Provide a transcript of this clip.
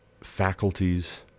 faculties